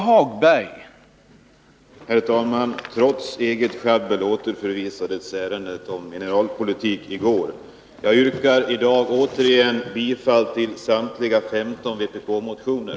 Herr talman! Trots eget sjabbel återförvisades ärendet om mineralpolitik i går. Jag yrkar i dag återigen bifall till samtliga 15 vpk-motioner.